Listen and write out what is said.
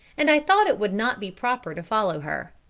and i thought it would not be proper to follow her.